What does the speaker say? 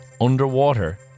underwater